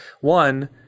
one